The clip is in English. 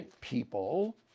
people